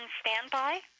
standby